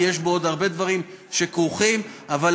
כי יש עוד הרבה דברים שכרוכים בו,